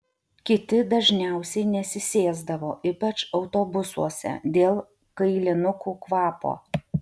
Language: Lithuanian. kiti dažniausiai nesisėsdavo ypač autobusuose dėl kailinukų kvapo